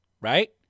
Right